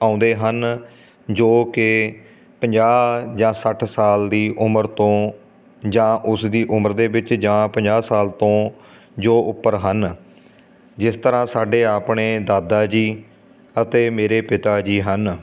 ਆਉਂਦੇ ਹਨ ਜੋ ਕਿ ਪੰਜਾਹ ਜਾਂ ਸੱਠ ਸਾਲ ਦੀ ਉਮਰ ਤੋਂ ਜਾਂ ਉਸਦੀ ਉਮਰ ਦੇ ਵਿੱਚ ਜਾਂ ਪੰਜਾਹ ਸਾਲ ਤੋਂ ਜੋ ਉੱਪਰ ਹਨ ਜਿਸ ਤਰ੍ਹਾਂ ਸਾਡੇ ਆਪਣੇ ਦਾਦਾ ਜੀ ਅਤੇ ਮੇਰੇ ਪਿਤਾ ਜੀ ਹਨ